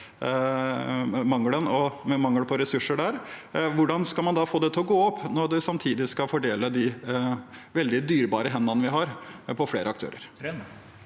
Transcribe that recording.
gjelder ressurser der. Hvordan skal man da få det til å gå opp, når man samtidig skal fordele de veldig dyrebare hendene vi har, på flere aktører?